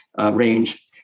range